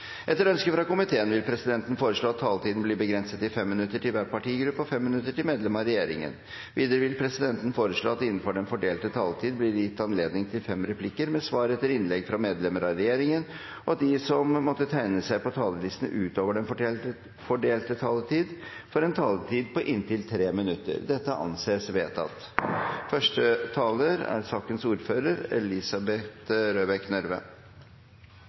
Etter ønske fra helse- og omsorgskomiteen vil presidenten foreslå at taletiden blir begrenset til 5 minutter til hver partigruppe og 5 minutter til medlem av regjeringen. Videre vil presidenten foreslå at det – innenfor den fordelte taletid – blir gitt anledning til fem replikker med svar etter innlegg fra medlemmer av regjeringen, og at de som måtte tegne seg på talerlisten utover den fordelte taletid, får en taletid på inntil 3 minutter. – Det anses vedtatt.